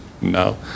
No